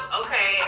okay